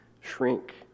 shrink